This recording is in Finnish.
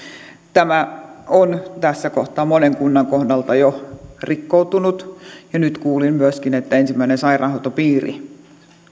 tämä on tässä kohtaa monen kunnan kohdalta jo rikkoutunut ja nyt kuulin myöskin että ensimmäinen sairaanhoitopiiri